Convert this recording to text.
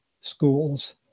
schools